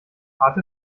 harte